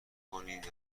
کنید